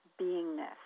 beingness